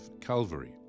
Calvary